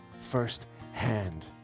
firsthand